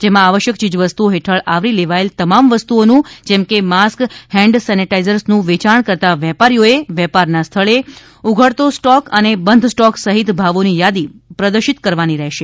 જેમાં આવશ્યક ચીજવસ્તુઓ હેઠળ આવરી લેવાયેલ તમામ વસ્તુઓનું જેમકે માસ્ક હેન્ડ સેનેટાઇઝર્ડસનું વેયાણ કરતાં વેપારીઓએ વેપારના સ્થળે ઉઘડતો સ્ટોક અને બંધ સ્ટોક સહિત ભાવોની યાદી પ્રદર્શિત કરવાની રહેશે